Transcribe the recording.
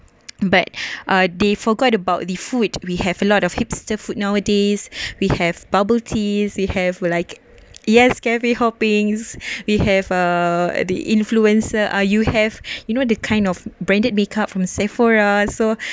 but uh they forgot about the food we have a lot of hipster food nowadays we have bubble teas we have will like yes cafe hopping we have uh at the influencer are you have you know the kind of branded makeup from sephora so